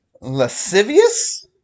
Lascivious